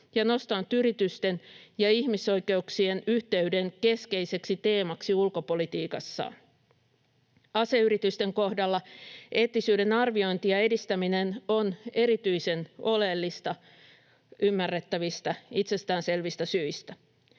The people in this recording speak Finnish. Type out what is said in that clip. ja nostanut yritysten ja ihmisoikeuksien yhteyden keskeiseksi teemaksi ulkopolitiikassaan. Aseyritysten kohdalla eettisyyden arviointi ja edistäminen on erityisen oleellista ymmärrettävistä, itsestäänselvistä syistä.